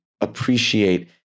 appreciate